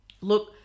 Look